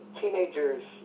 teenagers